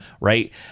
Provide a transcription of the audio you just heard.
right